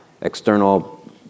external